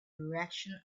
direction